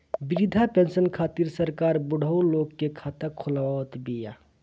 वृद्धा पेंसन खातिर सरकार बुढ़उ लोग के खाता खोलवावत बिया